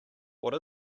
what